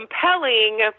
compelling